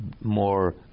more